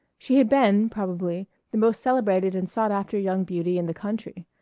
she had been, probably, the most celebrated and sought-after young beauty in the country.